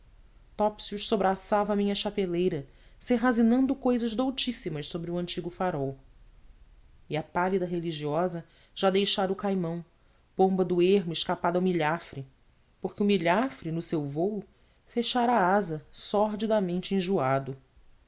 topsius sobraçava a minha chapeleira serrazinando cousas doutíssimas sobre o antigo farol e a pálida religiosa já deixara o caimão pomba do ermo escapada ao milhafre porque o milhafre no seu vôo fechara a asa sordidamente enjoado